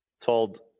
told